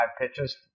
pitches